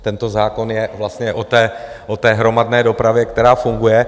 Tento zákon je vlastně o hromadné dopravě, která funguje.